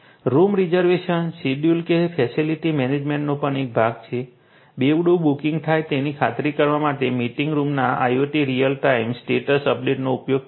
room reservation schedule કે જે facility મેનેજમેન્ટનો પણ એક ભાગ છે બેવડું બુકિંગ થાય તેની ખાતરી કરવા માટે મીટિંગ રૂમના IoT રીઅલ ટાઇમ સ્ટેટસ અપડેટનો ઉપયોગ કરીને